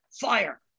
fire